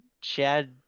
Chad